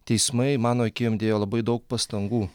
teismai mano akim dėjo labai daug pastangų